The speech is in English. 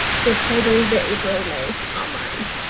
withholding the april may on line.